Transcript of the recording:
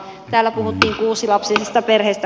täällä puhuttiin kuusilapsisista perheistä